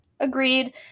agreed